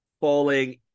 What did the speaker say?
falling